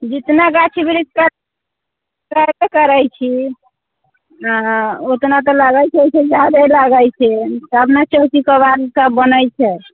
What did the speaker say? जितना गाछी वृक्ष काटि काटिके लबैत छी ओतना तऽ लागैत छै ओहि से जादे लागै छै तब ने चौकी केवाड़ सभ बनैत छै